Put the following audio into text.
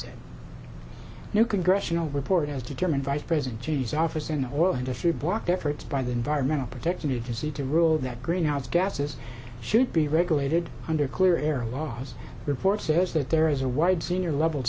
a new congressional with as determine vice president cheney's office in the oil industry blocked efforts by the environmental protection agency to rule that greenhouse gases should be regulated under clear air laws report says that there is a wide senior level